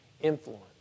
influence